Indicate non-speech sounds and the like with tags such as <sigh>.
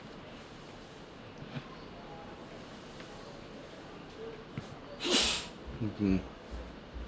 <breath> mmhmm